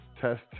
test